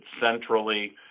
centrally